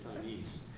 Chinese